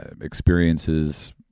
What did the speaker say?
experiences